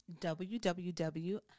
www